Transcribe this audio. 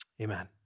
Amen